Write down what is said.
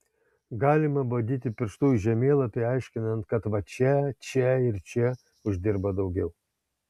galima badyti pirštu į žemėlapį aiškinant kad va čia čia ir čia uždirba daugiau